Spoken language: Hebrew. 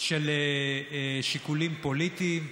של שיקולים פוליטיים,